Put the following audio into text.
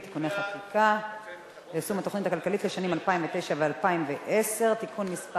(תיקוני חקיקה ליישום התוכנית הכלכלית לשנים 2009 ו-2010) (תיקון מס'